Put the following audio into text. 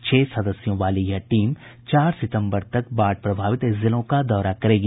छह सदस्यों वाली यह टीम चार सितम्बर तक बाढ़ प्रभावित जिलों का दौरा करेगी